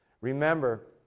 Remember